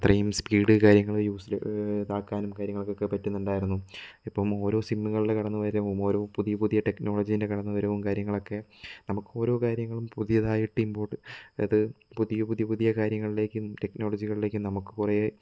അത്രയും സ്പീഡ് കാര്യങ്ങള് യൂസ് ഇതാക്കാനും ഒക്കെ പറ്റുന്നുണ്ടായിരുന്നു ഇപ്പം ഓരോ സിമ്മുകളുടെ കടന്നു വരവ് ഓരോ പുതിയ പുതിയ ടെക്നോളജീന്റെ കടന്നു വരവും കാര്യങ്ങളൊക്കെ നമുക്ക് ഓരോ കാര്യങ്ങളും പുതിയതായിട്ട് ഇങ്ങോട്ട് അത് പുതിയ പുതിയ പുതിയ കാര്യങ്ങളിലേക്കും ടെക്നോജികളിലേക്കും നമുക്ക് കുറെ